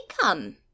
come